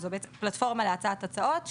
זו בעצם פלטפורמה להצעת הצעות,